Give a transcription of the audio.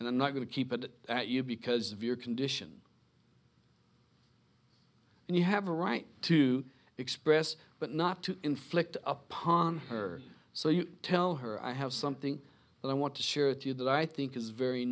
and i'm not going to keep it at you because of your condition and you have a right to express but not to inflict upon her so you tell her i have something that i want to share with you that i think is very